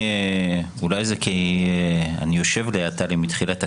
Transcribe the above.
אולי בגלל שאני יושב ליד טלי מתחילת הכנסת,